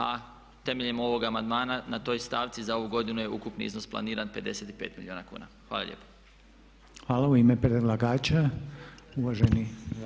A temeljem ovoga amandmana na toj stavci za ovu godinu je ukupni iznos planiran 55 milijuna kuna.